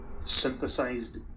synthesized